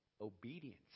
obedience